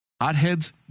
hotheads